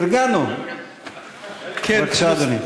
בבקשה, אדוני.